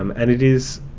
um and it is,